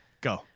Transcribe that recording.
Go